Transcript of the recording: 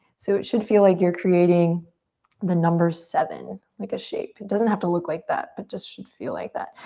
so it should feel like you are creating the number seven, like a shape. it doesn't have to look like that but just should feel like that.